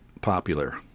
popular